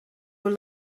were